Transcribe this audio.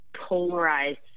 polarized